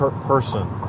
person